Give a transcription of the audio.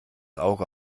auge